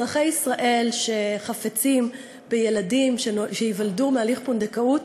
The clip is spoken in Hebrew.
אזרחי ישראל שחפצים בילדים שייוולדו בהליך פונדקאות